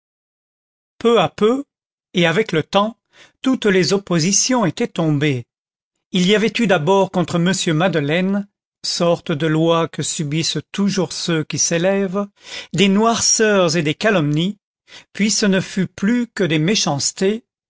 peu à peu et avec le temps toutes les oppositions étaient tombées il y avait eu d'abord contre m madeleine sorte de loi que subissent toujours ceux qui s'élèvent des noirceurs et des calomnies puis ce ne fut plus que des méchancetés